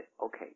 okay